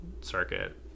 circuit